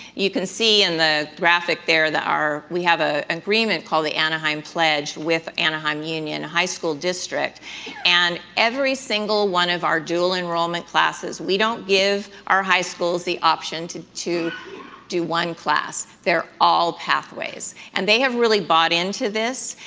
you can see in the graphic there that we have a agreement called the anaheim pledge with anaheim union high school district and every single one of our dual enrollment classes, we don't give our high schools the option to to do one class, they're all pathways and they have really bought into this.